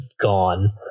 gone